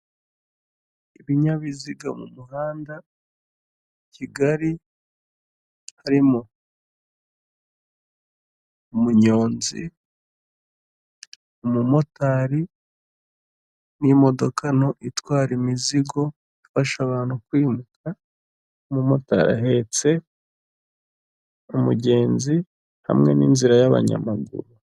Ibinyabiziga mu muhanda i Kigali harimo: umunyonzi, umumotari n'imodoka nto itwara imizigo ifasha abantu kwimuka, umumotari ahetse umugenzi hamwe, n'inzira y'abanyamaguru.